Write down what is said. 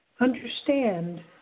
understand